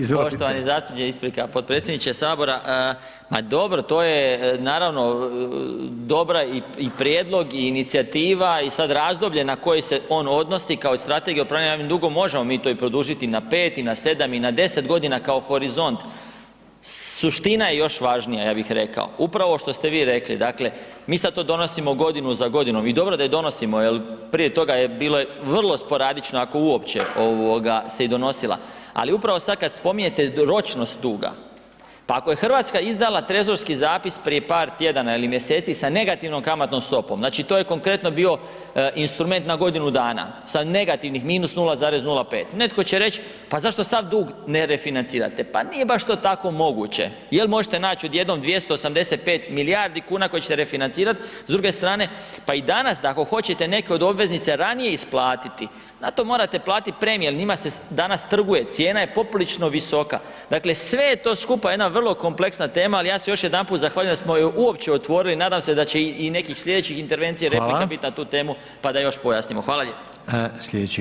Pardon, poštovani zastupnik isprika, potpredsjedniče HS, ma dobro to je naravno dobra i prijedlog i inicijativa i sad razdoblje na koje se on odnosi kao i strategija o planiranom javnom dugu, možemo mi to i produžiti i na 5 i na 7 i na 10.g. kao horizont, suština je još važnija ja bih rekao, upravo ovo što ste vi rekli, dakle mi sad to donosimo godinu za godinom i dobro je da je donosimo jel prije toga je bilo vrlo sporadično ako uopće ovoga se i donosila, ali upravo sad kad spominjete ročnost duga, pa ako je RH izdala trezorski zapis prije par tjedana ili mjeseci sa negativnom kamatnom stopom, znači to je konkretno bio instrument na godinu dana, sa negativnih -0,05, netko će reć, pa zašto sad dug ne refinancirate, pa nije baš to tako moguće, jel možete naći odjednom 285 milijardi kuna koje ćete refinancirat s druge strane, pa i danas ako hoćete neke od obveznice ranije isplatiti, na to morate platit premije jel njima se danas trguje, cijena je poprilično visoka, dakle sve je to skupa jedna vrlo kompleksna tema, ali ja se još jedanput zahvaljujem da smo je uopće otvorili, nadam se da će i nekih slijedećih intervencija [[Upadica: Hvala]] i replika bit na tu temu, pa da još pojasnimo.